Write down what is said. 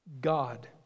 God